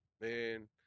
man –